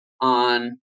on